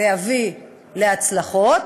להביא להצלחות,